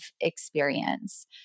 experience